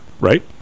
right